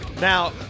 Now